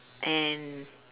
and